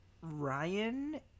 Ryan